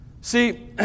See